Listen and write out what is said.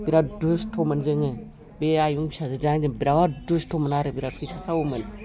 बिराद दुस्थ'मोन जोङो बे आयंनि फिसाजोजों आंजों बिराद दुस्थ'मोन आरो बिराद फैसा खावोमोन